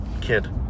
kid